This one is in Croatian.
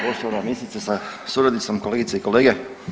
Poštovana ministrice sa suradnicom, kolegice i kolege.